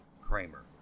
Kramer